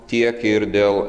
tiek ir dėl